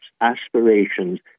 aspirations